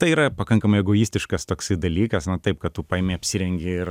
tai yra pakankamai egoistiškas toksai dalykas na taip kad tu paimi apsirengi ir